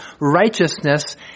righteousness